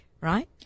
right